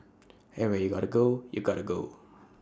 and when you gotta go you gotta go